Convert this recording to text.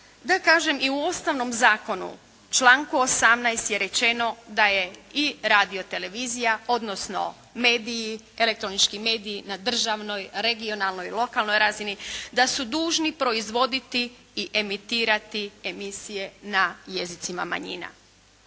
da kažem i u osnovnom zakonu članku 18. je rečeno da je i Radiotelevizija, odnosno mediji elektronički mediji na državnoj, regionalnoj, lokalnoj razini, da su dužni proizvoditi i emitirati emisije na jezicima manjina.